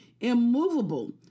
immovable